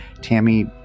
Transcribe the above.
tammy